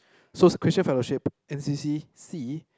so christian fellowship N_C_C C